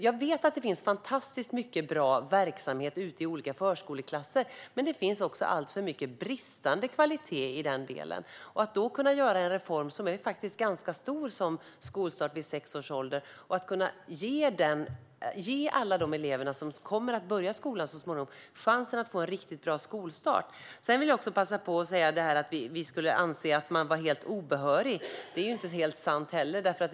Jag vet att det finns fantastiskt mycket bra verksamhet ute i olika förskoleklasser. Men det finns också alltför mycket bristande kvalitet i denna del. Därför skulle man kunna genomföra en reform som faktiskt är ganska stor, som skolstart vid sex års ålder, och ge alla de elever som kommer att börja skolan så småningom chansen att få en riktigt bra skolstart. Att vi skulle anse att förskollärarna blir helt obehöriga är inte heller helt sant.